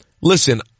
Listen